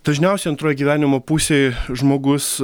dažniausiai antroj gyvenimo pusėj žmogus